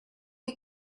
you